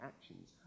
actions